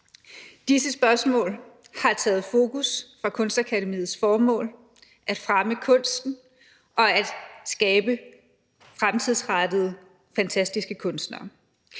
Disse spørgsmål har taget fokus fra Kunstakademiets formål: at fremme kunsten og at skabe fremtidsrettede, fantastiske kunstnere.